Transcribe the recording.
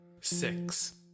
six